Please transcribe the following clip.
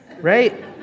right